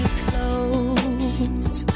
clothes